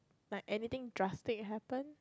like anything drastic happen